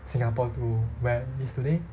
singapore to where it is today